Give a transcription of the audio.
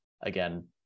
again